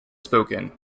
spoken